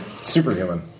superhuman